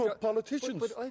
politicians